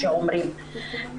כפי שאומרים.